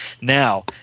Now